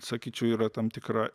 sakyčiau yra tam tikra